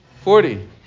Forty